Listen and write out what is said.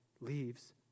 leaves